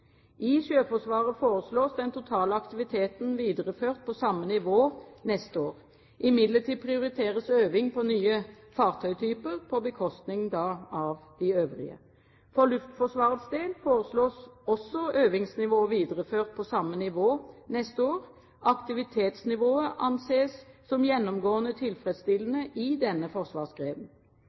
I Sjøforsvaret foreslås den totale aktiviteten videreført på samme nivå neste år. Imidlertid prioriteres øving på nye fartøytyper, på bekostning av de øvrige. For Luftforsvarets del foreslås også øvingsnivået videreført på samme nivå neste år. Aktivitetsnivået anses som gjennomgående tilfredsstillende i denne